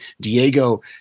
Diego